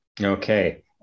Okay